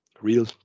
real